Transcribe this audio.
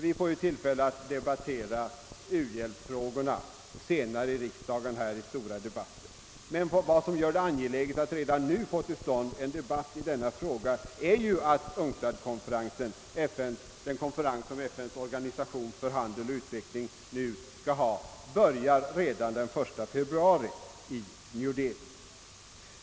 Vi får ju tillfälle att särskilt debattera u-hjälpsfrågorna här i riksdagen, men vad som gör det angeläget att redan nu få till stånd en debatt är att UNCTAD-konferensen — den konferens som FN:s organisation för handel och utveckling skall hålla — börjar redan den 1 februari i New Delhi.